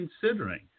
considering